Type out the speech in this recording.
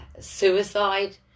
suicide